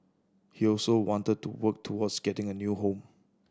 he also wanted to work towards getting a new home